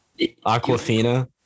Aquafina